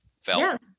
felt